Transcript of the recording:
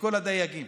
לכל הדייגים.